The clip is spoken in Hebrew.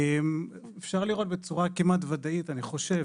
אפשר לראות בצורה כמעט ודאית, אני חושב,